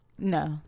no